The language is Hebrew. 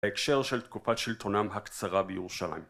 בהקשר של תקופת שלטונם הקצרה בירושלים